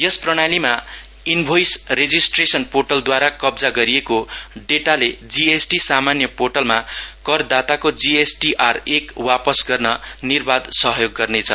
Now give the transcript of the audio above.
यस प्रणालीमा invoice registration पोर्टलद्वारा कब्जा गरिएको डेटाले जिएसटी सामान्य पोर्टलमा करदाताको जिएसटी आर एक वापस गर्न निर्वाध सहयोग गर्नेछ